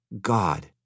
God